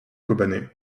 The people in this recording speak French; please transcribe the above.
kobané